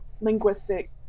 linguistic